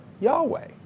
Yahweh